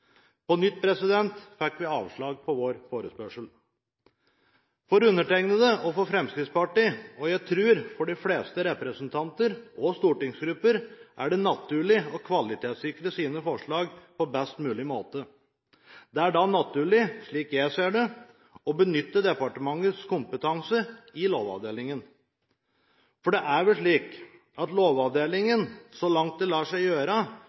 På nytt fikk vi avslag på vår forespørsel. For undertegnede og for Fremskrittspartiet – og jeg tror for de fleste representanter og stortingsgrupper – er det naturlig å kvalitetssikre sine forslag på best mulig måte. Det er naturlig, slik jeg ser det, å benytte departementets kompetanse i Lovavdelingen. Det er vel slik at Lovavdelingen så langt det lar seg gjøre,